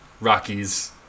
Rockies